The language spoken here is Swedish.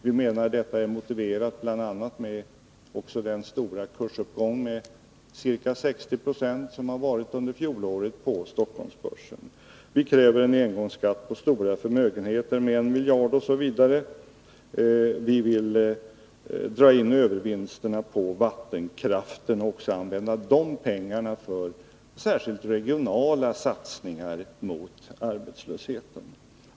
Vi menar att detta är motiverat bl.a. av den stora kursuppgången på ca 60 26 under fjolåret på Stockholmsbörsen. Vi kräver en engångsskatt på stora förmögenheter, vilket ger 1 miljard. Vi vill dra in övervinsterna på vattenkraften och använda de pengarna särskilt för regionala satsningar mot arbetslösheten.